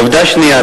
עובדה שנייה,